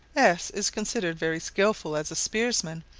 s is considered very skilful as a spearsman,